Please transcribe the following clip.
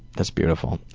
that's beautiful.